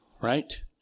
Right